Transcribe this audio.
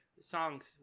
songs